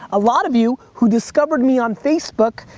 a lot of you who discovered me on facebook,